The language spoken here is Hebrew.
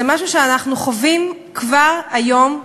זה משהו שאנחנו חווים כבר היום,